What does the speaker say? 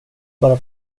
bara